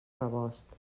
rebost